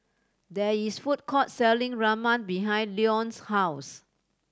there is food court selling Ramen behind Leon's house